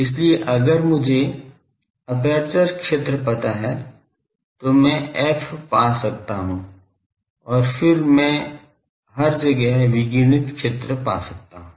इसलिए अगर मुझे एपर्चर क्षेत्र पता है तो मैं f पा सकता हूं और फिर मैं हर जगह विकिरणित क्षेत्र पा सकता हूं